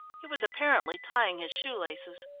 he was apparently tying his shoe laces.